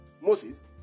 Moses